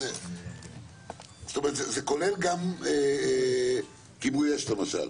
זה כולל כיבוי אש למשל?